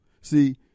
See